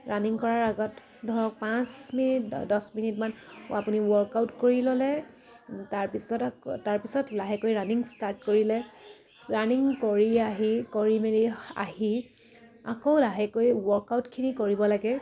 running কৰাৰ আগত ধৰক পাঁচ মিনিট দছ মিনিটমান আপুনি ৱৰ্কআউট কৰি ল'লে তাৰপিছত আকৌ তাৰপিছত লাহেকৈ ৰানিং ষ্টাৰ্ট কৰিলে ৰানিং কৰি আহি কৰি মেলি আহি আকৌ লাহেকৈ ৱৰ্কআউটখিনি কৰিব লাগে